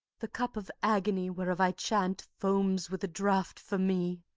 the cup of agony, whereof i chant, foams with a draught for me.